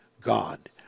God